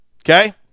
Okay